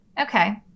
Okay